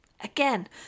Again